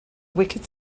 wicked